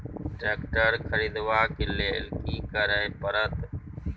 Tractor खरीदबाक लेल की करय परत?